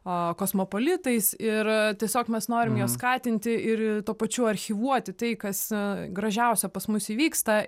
o kosmopolitais ir tiesiog mes norim juos skatinti ir tuo pačiu archyvuoti tai kas gražiausia pas mus įvyksta